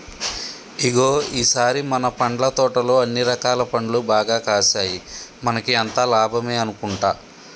ఇగో ఈ సారి మన పండ్ల తోటలో అన్ని రకాల పండ్లు బాగా కాసాయి మనకి అంతా లాభమే అనుకుంటా